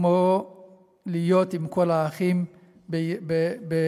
להיות עם כל האחים בירושלים.